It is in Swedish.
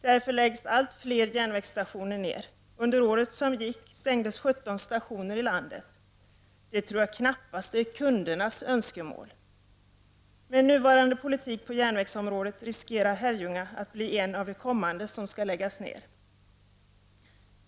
Därför läggs allt fler järnvägsstationer ned. Under året som gick stängdes 17 stationer i landet. Det tror jag knappast är i enlighet med kundernas önskemål. Med nuvarande politik på järnvägsområdet riskerar Herrljunga station att bli en av de kommande stationer som skall läggas ned.